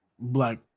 Black